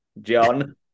John